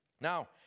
Now